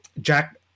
Jack